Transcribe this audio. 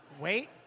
Wait